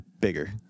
bigger